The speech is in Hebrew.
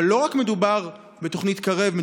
אבל לא מדובר רק בתוכנית קרב,